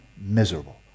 miserable